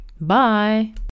Bye